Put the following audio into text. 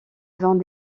vingt